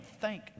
thank